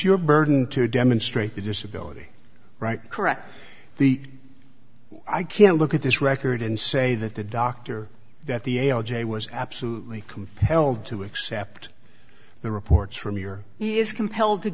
your burden to demonstrate the disability right correct the i can look at this record and say that the doctor that the ail jay was absolutely compelled to accept the reports from your he is compelled to